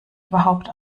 überhaupt